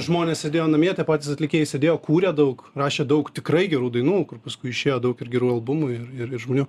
žmonės sėdėjo namie tie patys atlikėjai sėdėjo kūrė daug rašė daug tikrai gerų dainų kur paskui išėjo daug ir gerų albumų ir ir ir žmonių